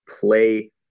play